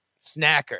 snacker